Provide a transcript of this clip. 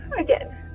again